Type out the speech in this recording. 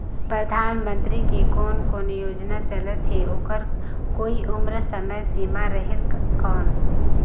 परधानमंतरी के कोन कोन योजना चलत हे ओकर कोई उम्र समय सीमा रेहेल कौन?